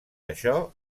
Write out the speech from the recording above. això